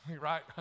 right